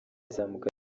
izamuka